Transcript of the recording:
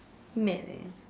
mad eh